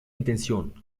intención